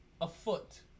afoot